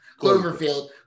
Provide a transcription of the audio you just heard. Cloverfield